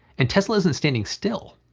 and tesla isn't standing still.